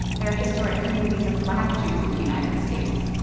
there are historic communities of black jews in the united states.